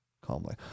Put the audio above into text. calmly